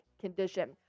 condition